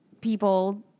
people